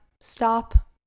stop